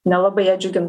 nelabai ją džiugin